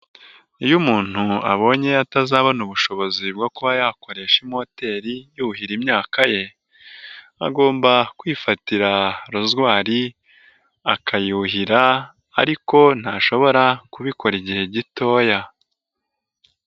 Iyo umuntu abonye atazabona ubushobozi bwo kuba yakoresha imoteri yuhira imyaka ye, agomba kwifatira rozwari akayuhira ariko ntashobora kubikora igihe gitoya.